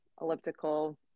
elliptical